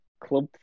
club